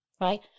right